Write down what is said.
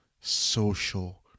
social